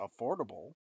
affordable